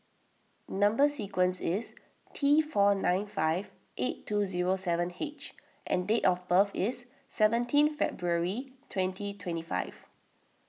Number Sequence is T four nine five eight two zero seven H and date of birth is seventeenth February twenty twenty five